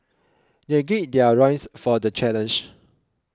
they gird their loins for the challenge